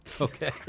Okay